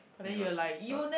then it was it was